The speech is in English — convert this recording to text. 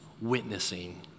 witnessing